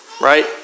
right